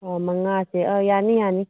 ꯑꯣ ꯃꯉꯥꯁꯦ ꯑꯥ ꯌꯥꯅꯤ ꯌꯥꯅꯤ